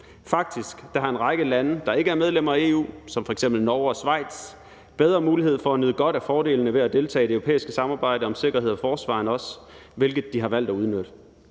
Faktisk har en række lande, der ikke er medlemmer af EU, som f.eks. Norge og Schweiz, bedre mulighed for at nyde godt af fordelene ved at deltage i det europæiske samarbejde om sikkerhed og forsvar end os, hvilket de har valgt at udnytte.